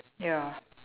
ya